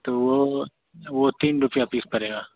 तो वह वह तीन रुपये पीस पड़ेगा